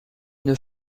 une